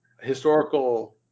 historical